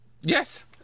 Yes